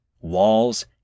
walls